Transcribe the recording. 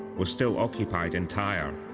was still occupied entire,